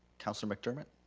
councilor mcdermott?